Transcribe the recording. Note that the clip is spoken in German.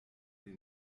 den